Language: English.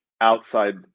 outside